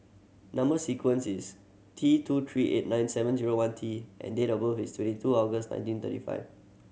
number sequence is T two three eight nine seven zero one T and date of birth is twenty two August nineteen thirty five